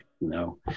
no